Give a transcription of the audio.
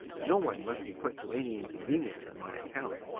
no one must be put to any inconvenience on my account!